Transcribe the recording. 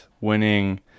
winning